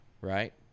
right